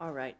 all right